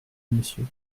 monsieur